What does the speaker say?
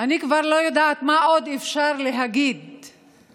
אני כבר לא יודעת מה עוד אפשר להגיד בסיטואציה,